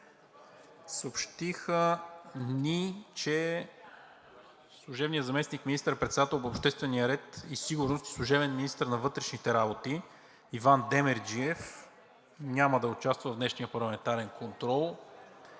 Съобщиха ни, че служебният заместник министър-председател по обществения ред и сигурност и служебен министър на вътрешните работи Иван Демерджиев няма да участва в днешния парламентарен контрол